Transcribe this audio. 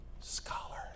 scholar